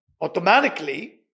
automatically